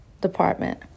department